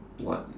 what